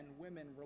women